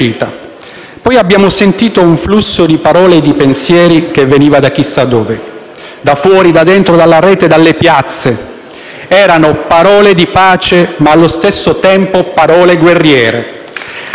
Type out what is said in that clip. Poi abbiamo sentito un flusso di parole e pensieri che veniva da chissà dove (da fuori, da dentro, dalla rete e dalle piazze); erano parole di pace, ma allo stesso tempo guerriere. *(Applausi